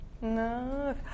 No